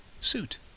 Suit